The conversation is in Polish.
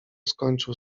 skończył